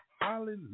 Hallelujah